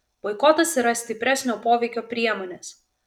boikotas yra stipresnio poveikio priemonės